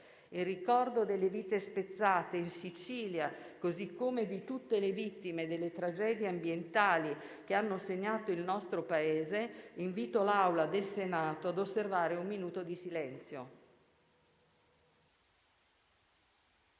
In ricordo delle vite spezzate in Sicilia, così come di tutte le vittime delle tragedie ambientali che hanno segnato il nostro Paese, invito l'Assemblea del Senato a osservare un minuto di silenzio.